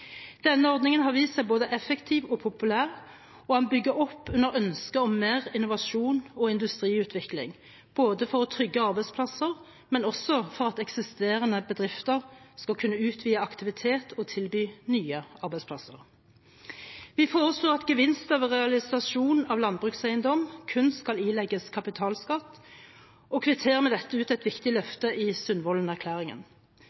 Denne ordningen har vist seg både effektiv og populær og bygger opp under ønsket om mer innovasjon og industriutvikling både for å trygge arbeidsplasser og for at eksisterende bedrifter skal kunne utvide aktivitet og tilby nye arbeidsplasser. Vi foreslår at gevinster ved realisasjon av landbrukseiendom kun skal ilegges kapitalskatt, og kvitterer med dette ut et viktig løfte i